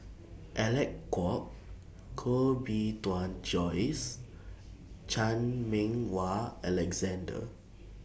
Alec Kuok Koh Bee Tuan Joyce Chan Meng Wah Alexander